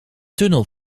tunnel